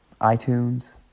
iTunes